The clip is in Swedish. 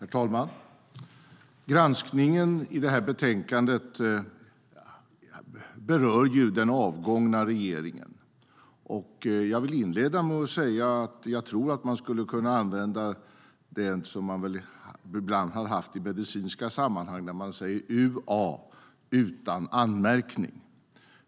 Herr talman! Granskningen i det här betänkandet berör den avgångna regeringen. Jag vill inleda med att säga att jag tror att man skulle kunna använda det uttryck som ibland används i medicinska sammanhang, det vill säga "u.a." som betyder utan anmärkning.